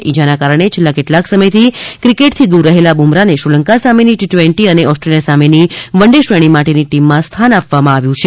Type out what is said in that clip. ઈજાના કારણે છેલ્લા કેટલાંક સમયથી ક્રિકેટથી દૂર રહેલા બુમરાહને શ્રીલંકા સામેની ટી ટ્વેન્ટી અને ઓસ્ટ્રેલિયા સામેની વન ડે શ્રેણી માટેન ટીમમાં સ્થાન આપવામાં આવ્યું છે